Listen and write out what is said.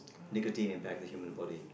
nicotine impact the human body